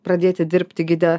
pradėti dirbti gide